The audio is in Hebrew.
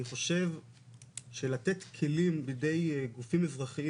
אני חושב שלתת כלים בידי גופים אזרחיים